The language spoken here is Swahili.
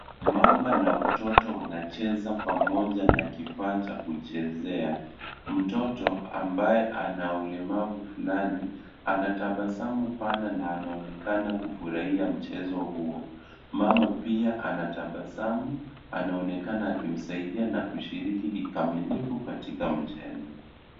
Mama na mtoto wanacheza pamoja na kifaa cha kuchezea. Mtoto ambaye ana ulemavu fulani, anatabasamu pana na anaonekana kufurahia mchezo huo. Mama pia anatabasamu, anaonekana akimsaidia na kushiriki kikamilifu katika mchezo.